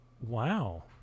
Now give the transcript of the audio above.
wow